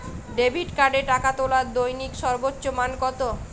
Debit কার্ডে টাকা তোলার দৈনিক সর্বোচ্চ মান কতো?